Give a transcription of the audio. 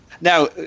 now